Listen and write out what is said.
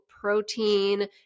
protein